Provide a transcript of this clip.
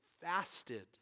fasted